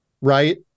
Right